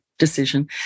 decision